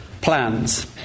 plans